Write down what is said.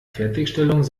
fertigstellung